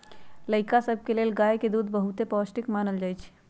लइका सभके लेल गाय के दूध बहुते पौष्टिक मानल जाइ छइ